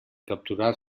capturar